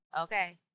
Okay